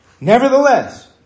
Nevertheless